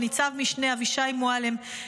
וניצב-משנה אבישי מועלם,